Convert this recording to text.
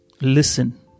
listen